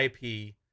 IP